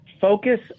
focus